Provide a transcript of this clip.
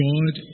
God